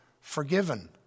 forgiven